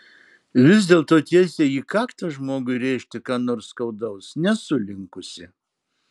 vis dėlto tiesiai į kaktą žmogui rėžti ką nors skaudaus nesu linkusi